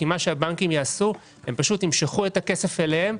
כי הבנקים פשוט ימשכו את הכסף אליהם,